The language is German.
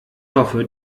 hoffe